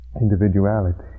individuality